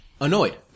annoyed